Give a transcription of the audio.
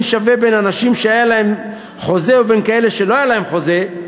שווה לאנשים שהיה להם חוזה ולכאלה שלא היה להם חוזה,